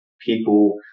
people –